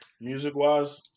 Music-wise